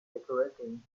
decorating